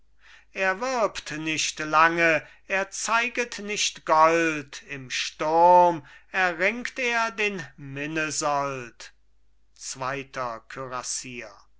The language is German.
er wirbt nicht lange er zeiget nicht gold im sturm erringt er den minnesold zweiter